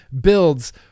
Builds